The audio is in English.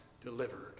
delivered